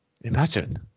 Imagine